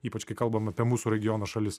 ypač kai kalbam apie mūsų regiono šalis